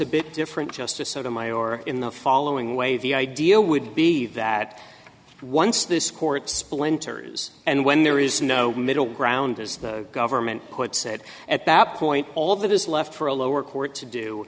a bit different justice sotomayor in the following way the idea would be that once this court splinters and when there is no middle ground as the government puts it at that point all that is left for a lower court to do